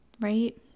right